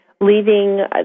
leaving